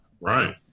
Right